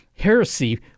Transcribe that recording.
heresy